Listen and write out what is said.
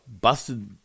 busted